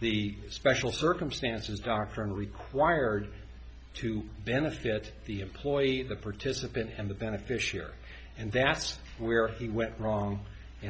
the special circumstances doctrine required to benefit the employee the participant and the beneficiary and that's where he went wrong in